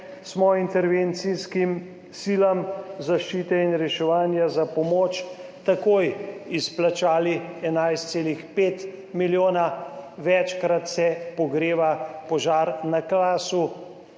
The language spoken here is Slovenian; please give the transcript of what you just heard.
smo intervencijskim silam zaščite in reševanja za pomoč takoj izplačali 11,5 milijona. Večkrat se pogreva požar na Krasu.